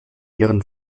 ihren